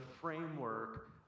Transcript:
framework